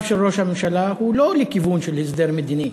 של ראש הממשלה לא לכיוון של הסדר מדיני.